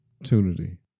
opportunity